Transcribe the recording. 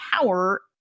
power